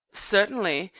certainly.